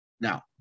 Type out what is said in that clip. Now